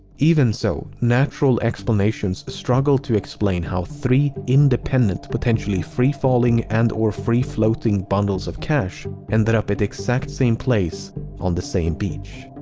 even so, natural explanations struggle to explain how three independent, potentially free-falling and or free-floating, bundles of cash ended up at the exact same place on the same beach.